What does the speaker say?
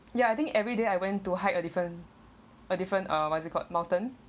ya I think everyday I went to hike a different a different uh what's it called mountain